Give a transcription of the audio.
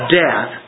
death